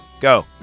go